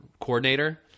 coordinator